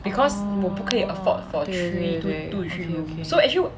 oh 对对对对对对 okay okay